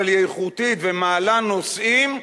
אבל היא איכותית ומעלה נושאים,